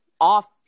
Off